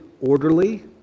orderly